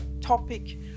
topic